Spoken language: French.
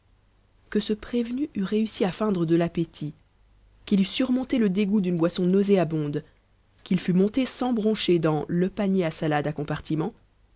que ce prévenu eût réussi à feindre de l'appétit qu'il eût surmonté le dégoût d'une boisson nauséabonde qu'il fût monté sans broncher dans le panier à salade à compartiments